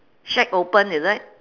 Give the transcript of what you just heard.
shack open is it